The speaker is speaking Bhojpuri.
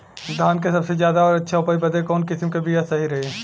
धान क सबसे ज्यादा और अच्छा उपज बदे कवन किसीम क बिया सही रही?